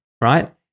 right